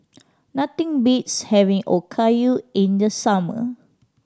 nothing beats having Okayu in the summer